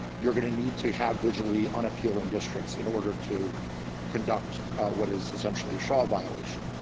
you're going to need to have visually unappealing districts in order to conduct what is essentially a shaw violation.